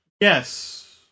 Yes